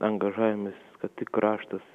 angažavimasis kad kraštas